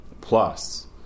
plus